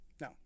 No